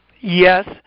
Yes